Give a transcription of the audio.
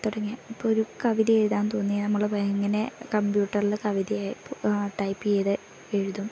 തുടങ്ങിയ ഇപ്പം ഒരു കവിത എഴുതാൻ തോന്നിയാൽ നമ്മൾ എങ്ങനെ കമ്പ്യൂട്ടറിൽ കവിതയായി ഇപ്പം ടൈപ്പ് ചെയ്തു എഴുതും